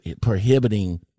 prohibiting